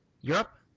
Europe